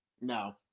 No